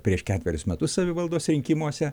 prieš ketverius metus savivaldos rinkimuose